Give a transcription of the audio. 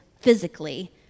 physically